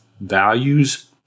values